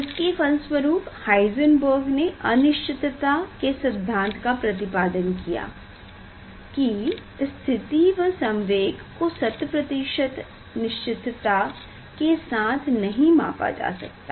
जिसके फलस्वरूप हाईसेन्बेर्ग ने अनिश्चितता के सिद्धांत का प्रतिपादन किया कि स्थिति व संवेग को सतप्रतिशत निश्चितता से एक साथ नहीं नापा जा सकता